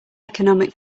economic